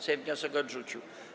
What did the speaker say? Sejm wniosek odrzucił.